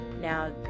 Now